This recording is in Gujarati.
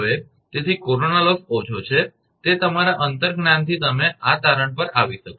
હવે તેથી કોરોના લોસ ઓછો છે તે તમારા અંતર્જ્ઞાનથી તમે આ તારણ પર આવી શકો છો